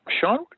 Sean